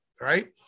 Right